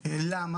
- למה?